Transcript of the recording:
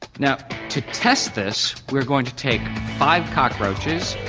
now to test this we're going to take five cockroaches,